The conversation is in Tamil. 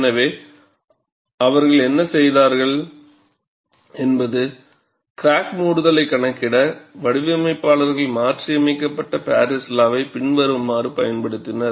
எனவே அவர்கள் என்ன செய்தார்கள் என்பது கிராக் மூடுதலைக் கணக்கிட வடிவமைப்பாளர்கள் மாற்றியமைக்கப்பட்ட பாரிஸ் லா வை பின்வருமாறு பயன்படுத்துகின்றனர்